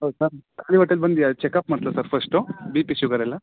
ಹೌದು ಸರ್ ಖಾಲಿ ಹೊಟ್ಟೇಲ್ಲಿ ಬಂದು ಚೆಕಪ್ ಮಾಡಿಸ್ಲ ಸರ್ ಫಸ್ಟು ಬಿ ಪಿ ಶುಗರೆಲ್ಲ